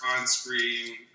on-screen